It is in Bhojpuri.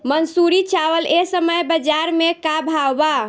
मंसूरी चावल एह समय बजार में का भाव बा?